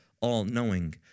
all-knowing